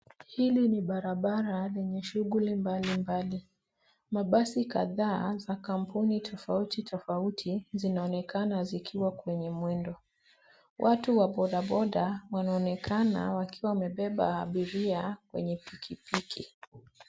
Hili lenye shuguli mbalimbali. Mabasi kadhaa za kmpuni tofautitofauti zinaonekana zikiwa kwenye mwendo, watu wa bodaboda wanaonekana wakiwa wamebeba abiria kwenye pikipiki.